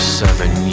seven